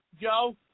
Joe